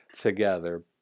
together